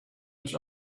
each